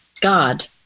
God